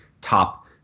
top